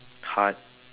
hard